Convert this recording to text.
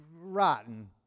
rotten